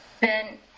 Ben